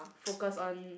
focused on